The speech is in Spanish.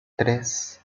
tres